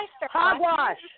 Hogwash